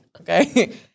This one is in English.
Okay